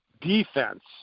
defense –